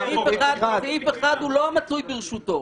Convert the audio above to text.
סעיף 1 זה לא המצוי ברשותו,